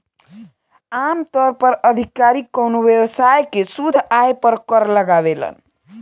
आमतौर पर अधिकारी कवनो व्यवसाय के शुद्ध आय पर कर लगावेलन